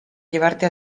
llevarte